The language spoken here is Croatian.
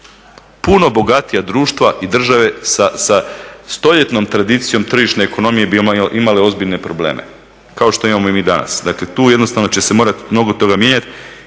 puno bogatija društva i država sa stoljetnom tradicijom tržišne ekonomije bi imale ozbiljne probleme kao što imamo i mi danas. Dakle tu jednostavno će se morati mnogo toga mijenjati.